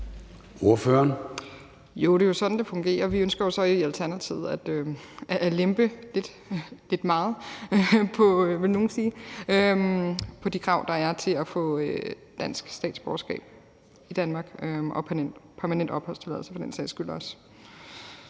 (ALT): Jo, det er jo sådan, det fungerer. Vi ønsker så i Alternativet at lempe – lidt meget, vil nogle sige – på de krav, der er, til at få dansk statsborgerskab og også permanent opholdstilladelse for dens sags skyld.